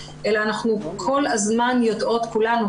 אלא אנחנו כל הזמן יודעות כולנו,